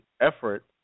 effort